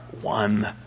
one